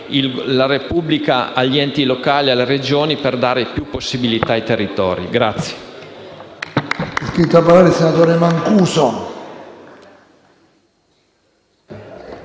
la Repubblica agli enti locali e alle Regioni, per dare maggiori possibilità ai territori.